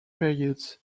periods